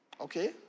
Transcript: Okay